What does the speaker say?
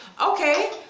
Okay